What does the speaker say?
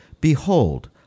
behold